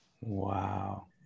wow